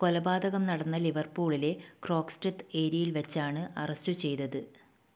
കൊലപാതകം നടന്ന ലിവർപൂളിലെ ക്രോക്സ്റ്റെത്ത് ഏരിയയിൽ വച്ചാണ് അറസ്റ്റ് ചെയ്തത്